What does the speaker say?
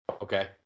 Okay